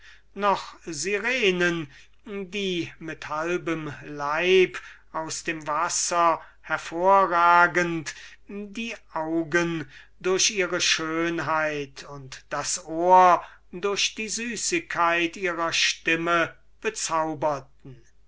noch syrenen die mit halbem leib aus dem wasser hervorragend die augen durch ihre schönheit und das ohr durch die süßigkeit ihrer stimme bezaubert